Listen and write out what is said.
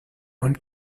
und